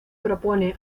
propone